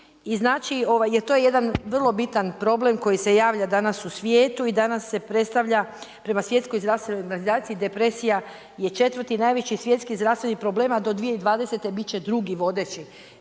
i znači, to je jedan vrlo bitan problem koji se javlja danas u svijetu i danas se predstavlja prema Svjetskoj zdravstvenoj organizaciji, depresija je četvrti najveći svjetski zdravstveni problem a do 2020. bit će drugi vodeći.